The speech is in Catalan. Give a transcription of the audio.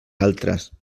altres